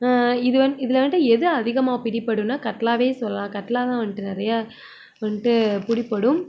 இது இதில் வந்துட்டு எது அதிகமாக பிடிப்படும்னா கட்லாவை சொல்லாம் கட்லா தான் வந்துட்டு நிறைய வந்துட்டு பிடிப்படும்